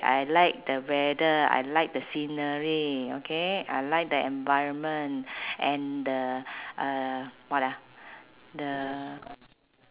I like the weather I like the scenery okay I like the environment and the uh what ah the